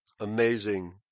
Amazing